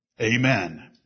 Amen